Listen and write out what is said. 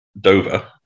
Dover